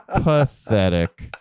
pathetic